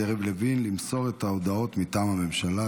יריב לוין למסור את ההודעות מטעם הממשלה,